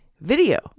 video